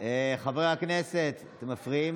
חברי הכנסת, אתם מפריעים